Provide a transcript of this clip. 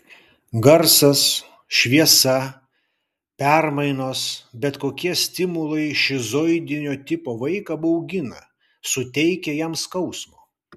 garsas šviesa permainos bet kokie stimulai šizoidinio tipo vaiką baugina suteikia jam skausmo